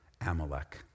Amalek